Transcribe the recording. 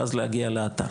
ואז להגיע לאתר.